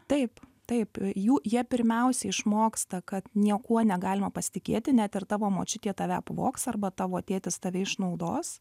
taip taip jų jie pirmiausia išmoksta kad niekuo negalima pasitikėti net ir tavo močiutė tave apvogs arba tavo tėtis tave išnaudos